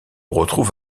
retrouve